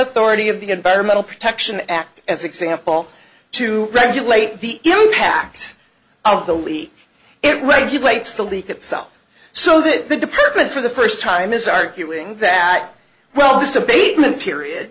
authority of the environmental protection act as example to regulate the impact of the leak it regulates the leak itself so that the department for the first time is arguing that well this abatement period